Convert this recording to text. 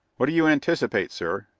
what do you anticipate, sir?